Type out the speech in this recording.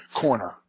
corner